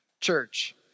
church